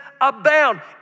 abound